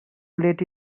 let